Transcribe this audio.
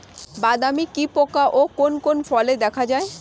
বাদামি কি পোকা কোন কোন ফলে দেখা যায়?